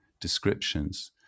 descriptions